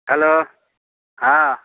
hello ହଁ